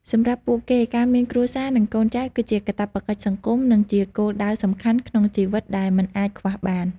សម្រាប់ពួកគេ ការមានគ្រួសារ និងកូនចៅគឺជាកាតព្វកិច្ចសង្គម និងជាគោលដៅសំខាន់ក្នុងជីវិតដែលមិនអាចខ្វះបាន។